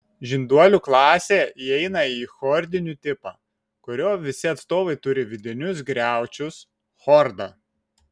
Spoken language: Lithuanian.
žinduolių klasė įeina į chordinių tipą kurio visi atstovai turi vidinius griaučius chordą